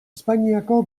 espainiako